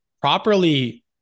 properly